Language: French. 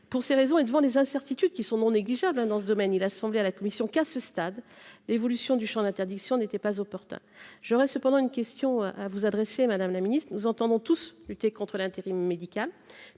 pour ces raisons, et devant les incertitudes qui sont non négligeables, hein, dans ce domaine, il a semblé à la commission qu'à ce stade d'évolution du Champ d'interdiction n'était pas opportun, j'aurais cependant une question à vous adresser, Madame la Ministre, nous entendons tous lutter contre l'intérim médical,